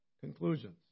conclusions